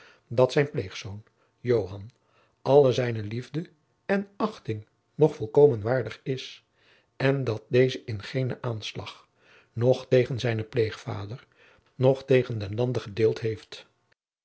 dat zijn pleegzoon joan alle zijne liefde en achting nog volkomen waardig is en dat deze in geenen aanslag noch tegen zijnen pleegvader noch tegen den lande gedeeld heeft